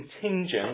contingent